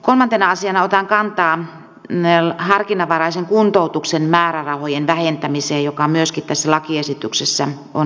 kolmantena asiana otan kantaa harkinnanvaraisen kuntoutuksen määrärahojen vähentämiseen joka myöskin tässä lakiesityksessä on esillä